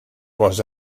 was